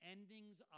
Endings